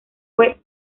fue